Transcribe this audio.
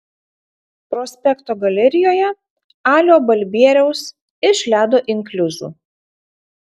prospekto galerijoje alio balbieriaus iš ledo inkliuzų